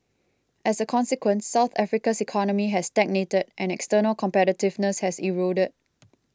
as a consequence South Africa's economy has stagnated and external competitiveness has eroded